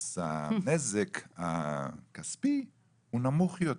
אז הנזק הכספי הוא נמוך יותר.